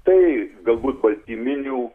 tai galbūt baltyminių